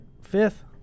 Fifth